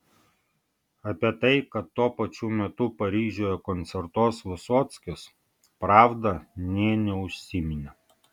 apie tai kad tuo pačiu metu paryžiuje koncertuos vysockis pravda nė neužsiminė